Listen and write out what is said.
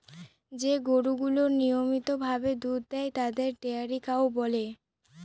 যে গরুগুলা নিয়মিত ভাবে দুধ দেয় তাদের ডেয়ারি কাউ বলে